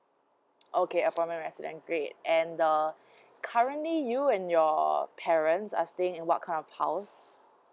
okay a permanent resident great and the currently you and your parents are staying in what kind of house